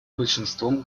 большинством